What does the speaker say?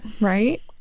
Right